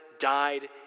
died